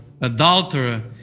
adulterer